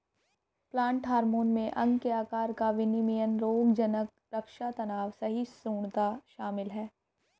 plant hormone में अंग के आकार का विनियमन रोगज़नक़ रक्षा तनाव सहिष्णुता शामिल है